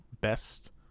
best